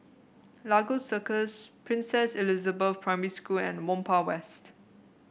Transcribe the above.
Lagos Circles Princess Elizabeth Primary School and Whampoa West